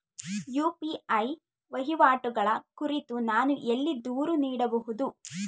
UPI ವಹಿವಾಟುಗಳ ಕುರಿತು ನಾನು ಎಲ್ಲಿ ದೂರು ನೀಡಬಹುದು?